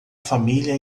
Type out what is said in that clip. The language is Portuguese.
família